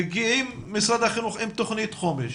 מגיעים משרד החינוך עם תוכנית חומש